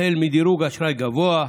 החל מדירוג אשראי גבוה,